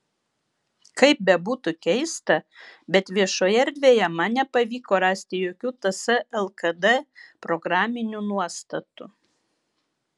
kaip bebūtų keista bet viešoje erdvėje man nepavyko rasti jokių ts lkd programinių nuostatų